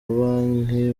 banki